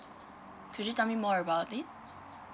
could you tell me more about it